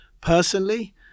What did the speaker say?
Personally